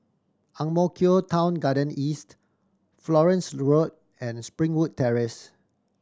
Ang Mo Kio Town Garden East Florence Road and Springwood Terrace